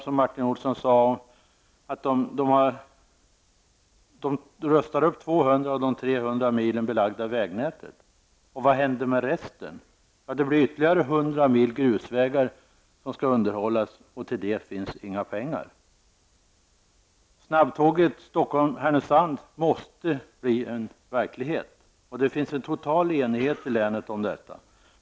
Som Martin Olsson nämnde talar vägverket om att rusta upp 200 mil av det 300 mil belagda vägnätet. Vad händer med resten? Det blir ytterligare 100 mil grusvägar som skall underhållas, och till det finns inga pengar. Snabbtåget Stockholm--Härnösand måste bli verklighet. Det finns en total enighet i länet om detta.